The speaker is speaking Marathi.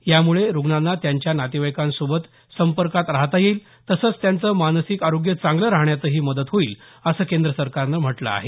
यामुळे रुग्णांना त्यांच्या नातेवाईकांसोबत संपर्कात राहता येईल तसंच त्यांचं मानसिक आरोग्य चांगलं राहण्यातही मदत होईल असं केंद्र सरकारनं म्हटलं आहे